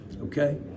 Okay